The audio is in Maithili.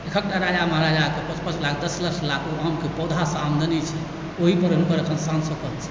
एकहक टा राजा महाराजाके पाँच पाँच लाख दश दश लाख ओ आमके पौधासँ आमदनी छै ओहिपर हुनकर अखन शान शौकत छै